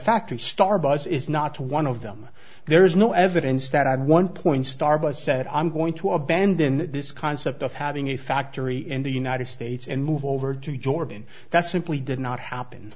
factories starbucks is not one of them there is no evidence that i had one point starbucks said i'm going to abandon this concept of having a factory in the united states and move over to jorgen that's simply did not happen